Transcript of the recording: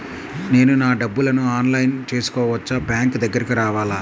నేను నా డబ్బులను ఆన్లైన్లో చేసుకోవచ్చా? బ్యాంక్ దగ్గరకు రావాలా?